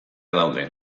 daude